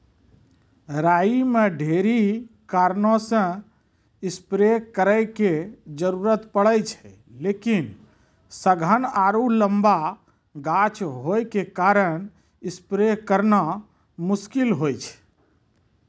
राई मे ढेरी कारणों से स्प्रे करे के जरूरत पड़े छै लेकिन सघन आरु लम्बा गाछ होय के कारण स्प्रे करना मुश्किल होय छै?